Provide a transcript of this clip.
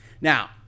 Now